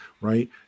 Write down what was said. right